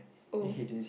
oh